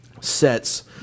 sets